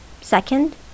Second